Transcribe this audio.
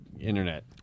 internet